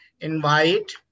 invite